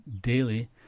daily